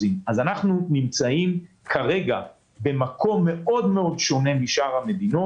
אנחנו נמצאים כרגע במקום שונה מאוד משאר המדינות.